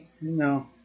No